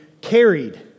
carried